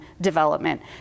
development